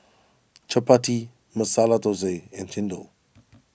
Chappati Masala Thosai and Chendol